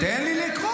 רגע, תן לי לקרוא.